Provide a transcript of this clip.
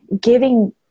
giving